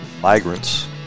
migrants